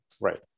right